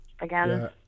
again